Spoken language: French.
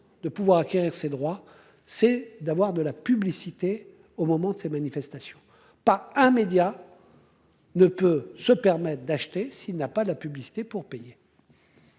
de pouvoir acquérir ces droits, c'est d'avoir de la publicité au moment de ces manifestations. Pas un média. Ne peut se permettre d'acheter. S'il n'a pas la publicité pour payer.